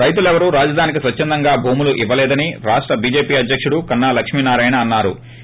రైతులెవరూ రాజధానికి స్వచ్చందంగా భూములు ఇవ్వలేదని రాష్ట చీజేపీ అధ్యకుడు కన్నా లక్ష్మీనారాయణ అన్నారు